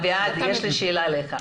אביעד, יש לי שאלה אליך.